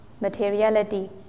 materiality